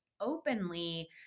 openly